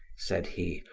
said he,